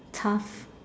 tough